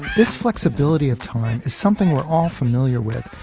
this flexibility of time is something we're all familiar with,